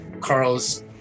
Carl's